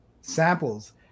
Samples